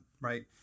Right